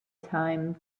time